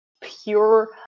pure